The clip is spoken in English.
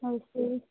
okay